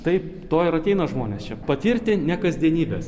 taip to ir ateina žmonės čia patirti ne kasdienybės